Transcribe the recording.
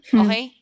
okay